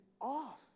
off